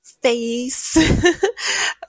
face